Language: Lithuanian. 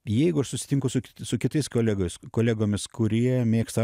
jeigu aš susitinku su su kitais kolegos kolegomis kurie mėgsta